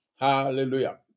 hallelujah